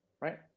right